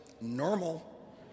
normal